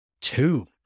two